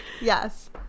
Yes